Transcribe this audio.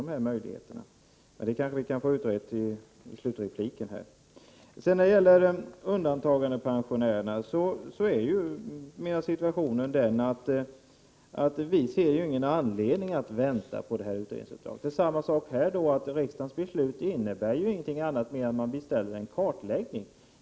Men hur det egentligen förhåller sig kanske vi kan få utrett i slutrepliken. När det gäller undantagandepensionärerna är situationen den att vi inte ser någon anledning att vänta på att utredningsuppdraget skall slutföras. Riksdagens beslut innebär ju inget annat än att en kartläggning har begärts.